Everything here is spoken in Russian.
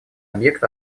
объект